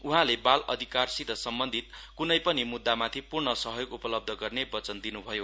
उहाँले बाल अधिकारसित सम्बन्धित क्नै पनि मुद्दामाथि पूर्ण सहयोग उपलब्ध गर्ने वचन दिन्भयो